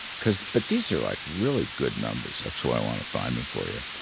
because but these are, like, really good numbers. so i want to find them for you.